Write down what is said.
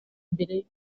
mbere